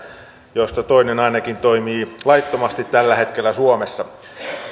joista ainakin toinen toimii laittomasti tällä hetkellä suomessa